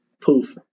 poof